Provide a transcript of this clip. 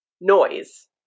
noise